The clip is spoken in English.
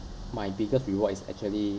my biggest reward is actually